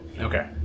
Okay